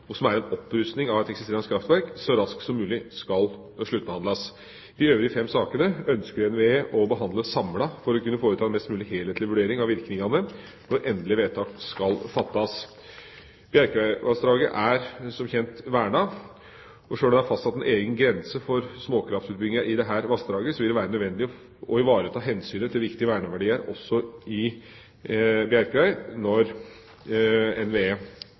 og som er en opprustning av et eksisterende kraftverk, så raskt som mulig skal sluttbehandles. De øvrige fem sakene ønsker NVE å behandle samlet for å kunne foreta en mest mulig helhetlig vurdering av virkningene når endelig vedtak skal fattes. Bjerkreimsvassdraget er, som kjent, vernet. Selv om det er fastsatt en egen grense for småkraftutbygginger i dette vassdraget, vil det være nødvendig å ivareta hensynet til viktige verneverdier også i Bjerkreim, når NVE